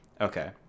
Okay